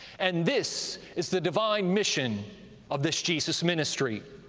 and this is the divine mission of this jesus ministry.